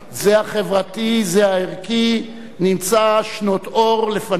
זה החברתי, זה הערכי, נמצא שנות אור לפניה.